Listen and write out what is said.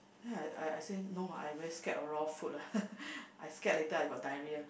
then I I say no lah I very scared of raw food lah I scared later I got diarrhea